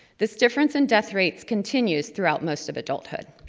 this difference in death rates continues throughout most of adulthood.